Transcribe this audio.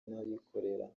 n’abikorera